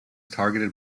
targeted